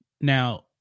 Now